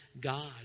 God